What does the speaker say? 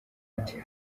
ati